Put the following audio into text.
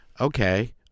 okay